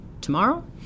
tomorrow